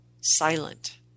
silent